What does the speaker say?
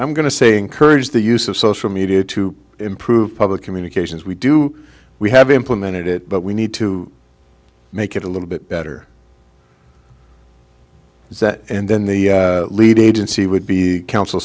i'm going to say encourage the use of social media to improve public communications we do we have implemented it but we need to make it a little bit better and then the lead agency would be coun